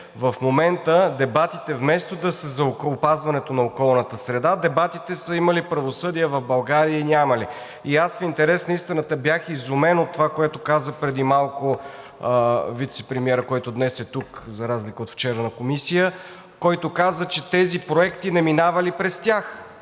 в момента дебатите, вместо да са за опазването на околната среда, са – има ли правосъдие в България, няма ли? И аз в интерес на истината бях изумен от това, което каза преди малко вицепремиерът, който днес е тук, за разлика от вчера на Комисия, който каза, че тези проекти не минавали през тях?!